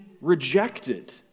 rejected